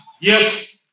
Yes